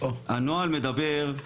הנוהל מדבר,